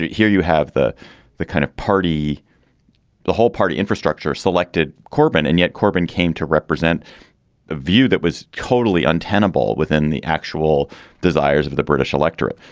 here you have the the kind of party the whole party infrastructure selected corbyn. and yet corbyn came to represent a view that was totally untenable within the actual desires of the british electorate.